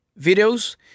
videos